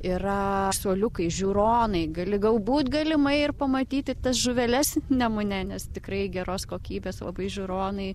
yra suoliukai žiūronai gali galbūt galimai ir pamatyti tas žuveles nemune nes tikrai geros kokybės labai žiūronai